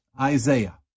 Isaiah